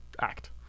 act